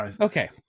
Okay